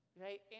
Right